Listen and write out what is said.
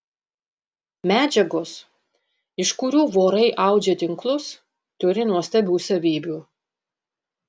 medžiagos iš kurių vorai audžia tinklus turi nuostabių savybių